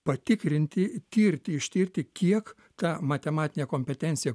patikrinti tirti ištirti kiek ta matematinė kompetencija